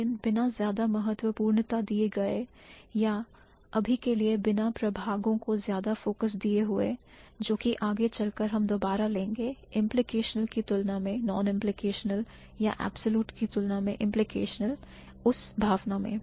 लेकिन बिना ज्यादा महत्वपूर्ण दिए गए या अभी के लिए बिना प्रभागों को ज्यादा फोकस दिए हुए जोकि आगे चलकर हम दोबारा लेंगे implicational की तुलना में non implicational या absolute की तुलना में implicational उस भावना में